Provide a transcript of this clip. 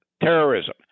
terrorism